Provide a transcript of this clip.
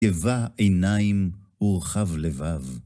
גבה עיניים ורחב לבב.